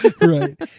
Right